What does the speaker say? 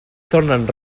tornen